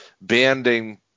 banding